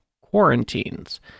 quarantines